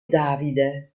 davide